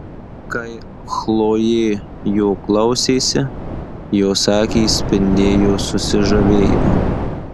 kai chlojė jo klausėsi jos akys spindėjo susižavėjimu